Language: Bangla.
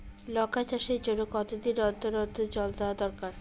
লঙ্কা চাষের জন্যে কতদিন অন্তর অন্তর জল দেওয়া দরকার?